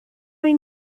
این